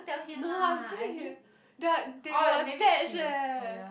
no I've a feeling he'll they are they were attached eh